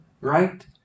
right